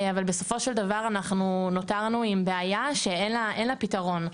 אבל בסופו של דבר אנחנו נותרנו עם בעיה שאין לה פתרון.